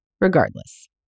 regardless